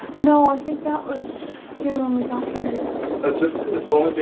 no. i think that was here when we got here just